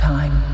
Time